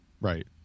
Right